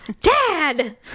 dad